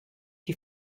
die